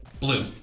Blue